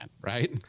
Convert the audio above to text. right